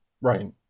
right